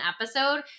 episode